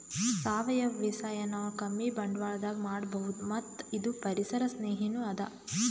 ಸಾವಯವ ಬೇಸಾಯ್ ನಾವ್ ಕಮ್ಮಿ ಬಂಡ್ವಾಳದಾಗ್ ಮಾಡಬಹುದ್ ಮತ್ತ್ ಇದು ಪರಿಸರ್ ಸ್ನೇಹಿನೂ ಅದಾ